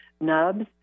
nubs